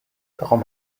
darum